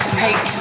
take